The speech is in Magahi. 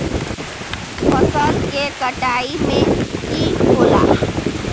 फसल के कटाई में की होला?